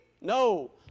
No